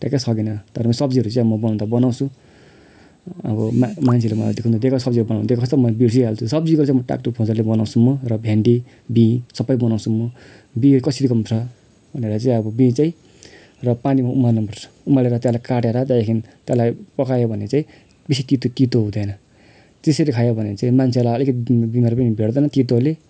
ट्याक्कै सकिनँ तर म सब्जीहरू चाहिँ म बनाउन त बनाउँछु अब मा मान्छेले मलाई सब्जीहरू बनाउन देखाउँछ तर म बिर्सिहाल्छु सब्जीहरू चाहिँ म टाकटुक मजाले बनाउँछु म र भिन्डी बिन सबै बनाउँछु म बिन कसरी गर्नुपर्छ भनेर चाहिँ अब बिन चाहिँ र पानीमा उमाल्नुपर्छ उमालेर त्यसलाई काटेर त्यहाँदेखि त्यसलाई पकायो भने चाहिँ बेसी तितो तितो हुँदैन त्यसरी खायो भने चाहिँ मान्छेलाई अलिकति बिमार पनि भेट्दैन तितोले